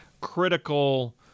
critical